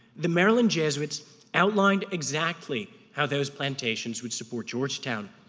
the maryland jesuits outlined exactly how those plantations would support georgetown.